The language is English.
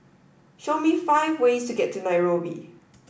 show me five ways to get to Nairobi